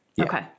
Okay